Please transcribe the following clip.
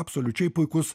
absoliučiai puikus